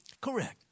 Correct